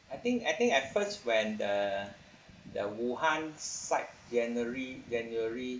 I think I think at first when the the wuhan site january january